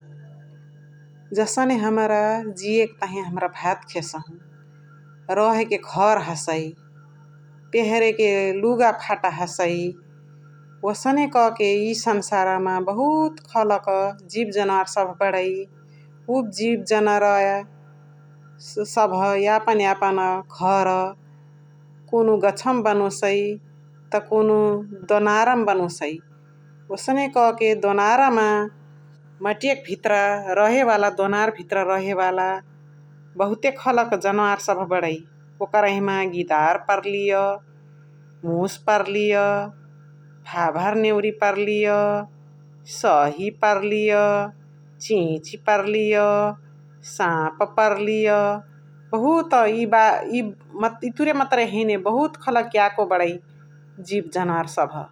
जसने हमरा जिय के तहिय भात खेशाहउ, रहके घर हसै पिहर के लुगा फटा हसै । ओसने कह के एय संसार मा बहुत खला क जिब जनावर सभ बणै । उवा जिब जनावररवा सभ यापन यापन घर कुनुहु गाछौ मा बनोसै, त कुनुहु दोनार मा बनोसै, ओसने कह क दोनार मा मटियाक भितर रहेवाला दोनार भितर रहेवाला बहुते खलक जनावर सभ बणै । ओकरही मा गिदार पर्लिय, मुस पर्लिय, भाभा नेउरी पर्लिय सही पर्लिय, चिची पर्लिय, साप पर्लिय बहुता एय इतुरे मतुरे हैने बहुत खलक यको बडै जिब जनावर सभ ।